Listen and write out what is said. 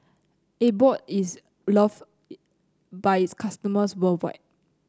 Abbott is loved by its customers worldwide